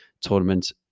tournament